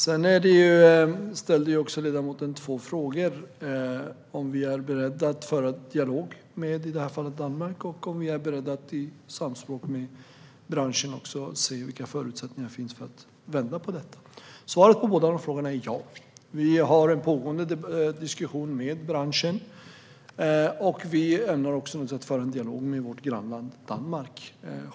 Ledamoten ställde två frågor: om vi är beredda att föra en dialog med Danmark och om vi är beredda att i samspråk med branschen se vilka förutsättningar som finns att vända på detta. Svaret på båda frågorna är ja. Vi har en pågående diskussion med branschen. Vi ämnar självklart också föra en dialog med vårt grannland Danmark.